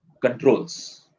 controls